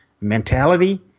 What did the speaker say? mentality